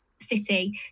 City